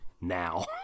now